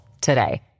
today